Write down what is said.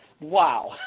Wow